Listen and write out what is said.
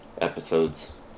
episodes